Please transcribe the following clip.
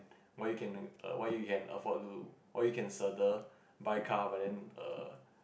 why you can err why you can afford to why you can 舍得: she de buy car but then err